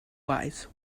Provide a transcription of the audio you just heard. wise